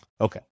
Okay